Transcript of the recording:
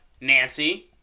Nancy